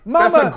Mama